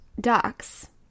ducks